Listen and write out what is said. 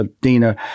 Dina